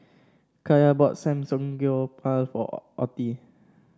Kaya bought Samgeyopsal for Ottie